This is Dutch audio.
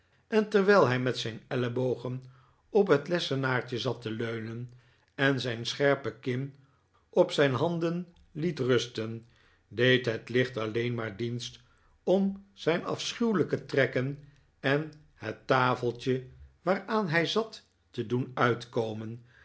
en terwijl hij met zijn ellebogen op het lessenaartje zat te leunen en zijn scherpe kin op zijn handen liet nikolaas doet gride een voorstel rusten deed het licht alleen maar dienst om zijn afschuwelijke trekken en het tafeltje waaraan hij zat te doen uitkomen